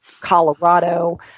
Colorado